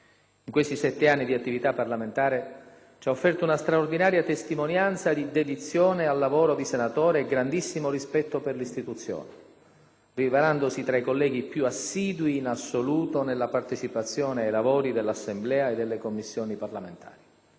In questi sette anni di attività parlamentare, ci ha offerto una straordinaria testimonianza di dedizione al lavoro di senatore e grandissimo rispetto per l'Istituzione, rivelandosi tra i colleghi più assidui in assoluto nella partecipazione ai lavori dell'Assemblea e delle Commissioni parlamentari.